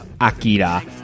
Akira